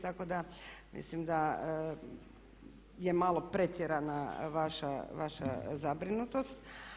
Tako da mislim da je malo pretjerana vaša zabrinutost.